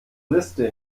liste